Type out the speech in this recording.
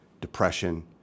depression